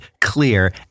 clear